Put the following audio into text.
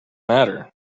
matter